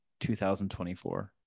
2024